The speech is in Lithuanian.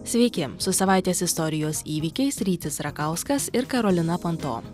sveiki su savaitės istorijos įvykiais rytis rakauskas ir karolina panto